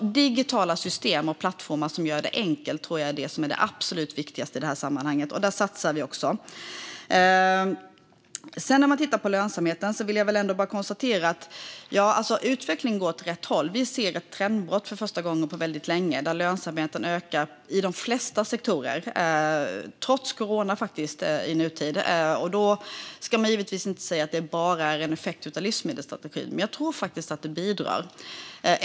Digitala system och plattformar som gör det enkelt tror jag är det absolut viktigaste i det här sammanhanget, och där satsar vi också. För att gå vidare till lönsamheten vill jag bara konstatera att utvecklingen går åt rätt håll. Vi ser ett trendbrott för första gången på väldigt länge, då lönsamheten nu ökar i de flesta sektorer - trots corona, faktiskt. Man ska givetvis inte säga att det bara är en effekt av livsmedelsstrategin, men jag tror att den bidrar.